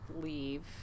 leave